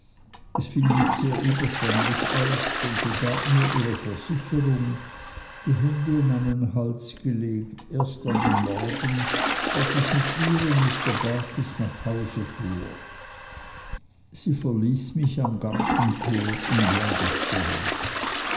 es fiel nicht sehr überschwänglich aus denn sie gab mir ihre versicherung die hände um meinen hals gelegt erst an dem morgen als ich mit ihr und mr barkis nach hause fuhr sie verließ mich am gartentor in